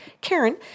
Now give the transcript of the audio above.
Karen